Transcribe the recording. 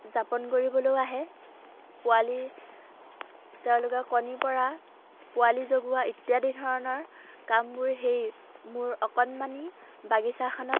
যাপন কৰিবলৈয়ো আহে পোৱালিৰ তেওঁলোকে কণি পৰা পোৱালি জগোৱা ইত্যাদি ধৰণৰ কামবোৰ সেই মোৰ অকণমানি বাগিচাখনত